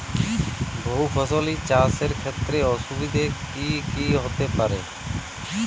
বহু ফসলী চাষ এর ক্ষেত্রে অসুবিধে কী কী হতে পারে?